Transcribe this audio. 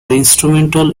instrumental